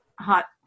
hot